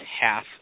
half